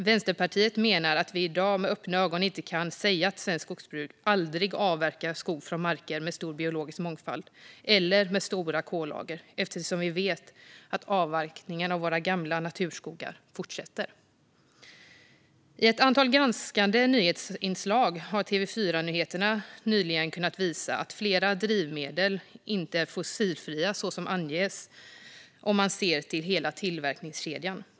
Vänsterpartiet menar att vi i dag inte med öppna ögon kan säga att svenskt skogsbruk aldrig avverkar skog från marker med stor biologisk mångfald eller med stora kollager, eftersom vi vet att avverkningen av våra gamla naturskogar fortsätter. I ett antal granskande nyhetsinslag har TV4 n yheterna nyligen kunnat visa att flera drivmedel, om man ser till hela tillverkningskedjan, inte är fossilfria så som anges.